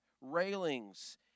railings